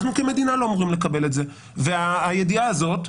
אנחנו כמדינה לא אמורים לקבל את זה והידיעה הזאת,